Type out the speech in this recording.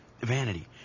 Vanity